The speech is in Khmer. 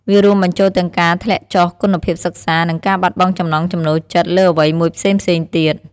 វារួមបញ្ចូលទាំងការធ្លាក់ចុះគុណភាពសិក្សា និងការបាត់បង់ចំណង់ចំណូលចិត្តលើអ្វីមួយផ្សេងៗទៀត។